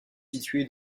situé